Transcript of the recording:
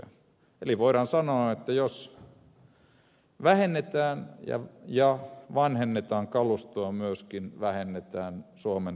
eli voidaan sanoa että jos vähennetään ja vanhennetaan kalustoa vähennetään myöskin suomen puolustuskykyä